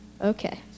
Okay